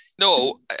No